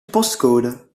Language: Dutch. postcode